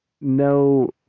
no